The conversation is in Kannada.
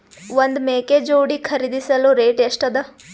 ಒಂದ್ ಮೇಕೆ ಜೋಡಿ ಖರಿದಿಸಲು ರೇಟ್ ಎಷ್ಟ ಅದ?